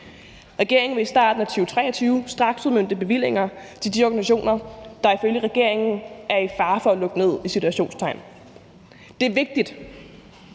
Regeringen vil i starten af 2023 straksudmønte bevillinger til de organisationer, der ifølge regeringen er i fare for – i citationstegn – at lukke ned. Det er vigtigt.